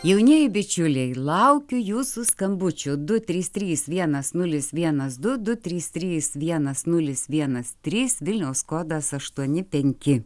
jaunieji bičiuliai laukiu jūsų skambučių du trys trys vienas nulis vienas du du trys trys vienas nulis vienas trys vilniaus kodas aštuoni penki